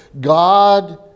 God